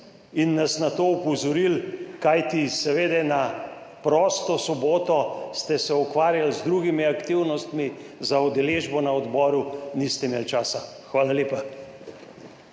in nas na to opozorili, kajti, seveda, na prosto soboto ste se ukvarjali z drugimi aktivnostmi, za udeležbo na odboru niste imeli časa. Hvala lepa.